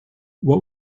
what